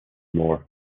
moore